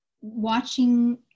watching